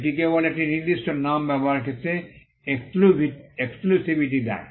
এটি কেবল একটি নির্দিষ্ট নাম ব্যবহারের ক্ষেত্রে এক্সক্লুসিভিটি দেয়